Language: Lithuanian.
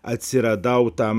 atsiradau tam